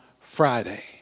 Friday